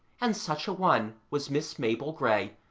and such a one was miss mabel grey,